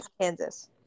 Kansas